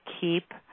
keep